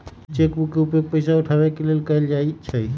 cheque book के उपयोग पइसा उठाबे के लेल कएल जाइ छइ